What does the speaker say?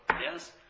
Yes